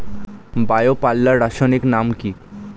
Bio পাল্লার রাসায়নিক নাম কি?